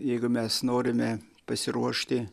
jeigu mes norime pasiruošti